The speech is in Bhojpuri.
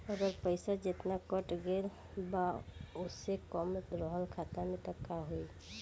अगर पैसा जेतना कटे के बा ओसे कम रहल खाता मे त का होई?